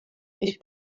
ich